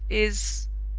is?